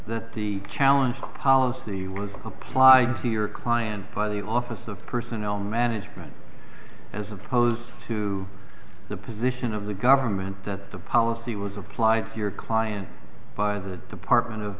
that the challenge policy was applied to your client by the office of personnel management as opposed to the position of the government that the policy was applied to your client by the department of